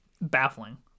baffling